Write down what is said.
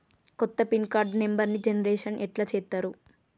కొత్త pin card నెంబర్ని generation ఎట్లా చేత్తరు?